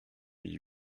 mille